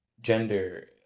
gender